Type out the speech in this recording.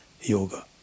yoga